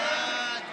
להעביר לוועדה